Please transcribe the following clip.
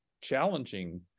challenging